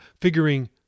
figuring